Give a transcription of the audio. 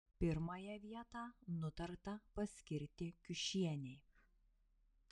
pirmąją vietą nutarta paskirti kiušienei